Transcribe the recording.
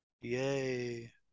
Yay